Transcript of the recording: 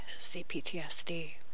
CPTSD